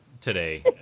today